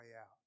out